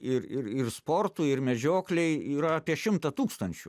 ir ir ir sportui ir medžioklei yra apie šimtą tūkstančių